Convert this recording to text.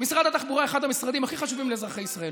משרד התחבורה הוא אחד המשרדים הכי חשובים לאזרחי ישראל.